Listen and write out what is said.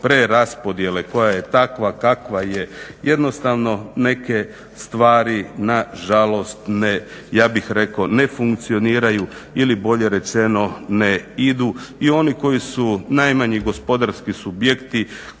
preraspodjele koja je takva kakva je, jednostavno neke stvari nažalost ne, ja bih rekao ne funkcioniraju ili bolje rečeno ne idu i oni koji su najmanji gospodarski subjekti